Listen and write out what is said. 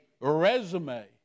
resume